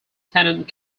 tennant